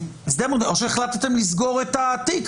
או שהחלטתם לסגור את התיק,